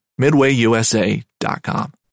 MidwayUSA.com